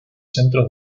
centros